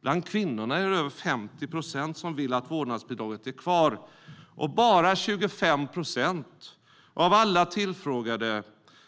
Bland kvinnorna är det över 50 procent som vill att vårdnadsbidraget är kvar. Bara 25 procent av alla tillfrågade